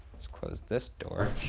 let's close this door.